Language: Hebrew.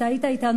אתמול היית אתנו,